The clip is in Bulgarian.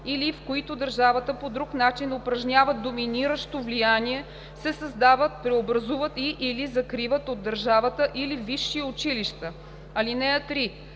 или в които държавата по друг начин упражнява доминиращо влияние, се създават, преобразуват и/или закриват от държавата или висши училища. (3)